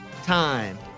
time